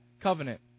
covenant